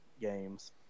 games